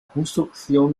construcción